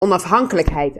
onafhankelijkheid